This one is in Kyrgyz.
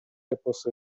эпосу